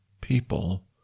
people